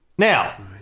Now